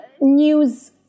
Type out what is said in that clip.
news